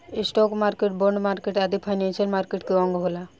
stock market, bond market आदि financial market के अंग होला